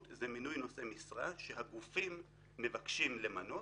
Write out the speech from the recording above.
זה מינוי נושא משרה שהגופים מבקשים למנות,